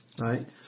right